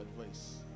advice